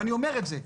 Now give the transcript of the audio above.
ואני אומר את זה,